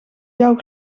jouw